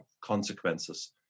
consequences